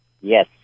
Yes